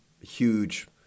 huge